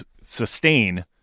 sustain